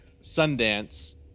Sundance